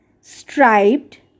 striped